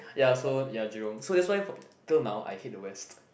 ya so ya Jurong so that's why fo~ till now I hate the West